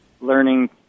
learning